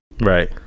Right